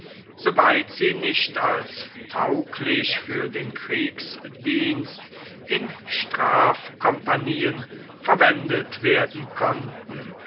soweit sie nicht als tauglich für den kriegsdienst in strafkompanien verwendet werden konnten